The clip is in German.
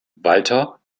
walter